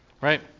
right